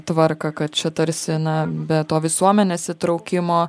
tvarką kad čia tarsi na be to visuomenės įtraukimo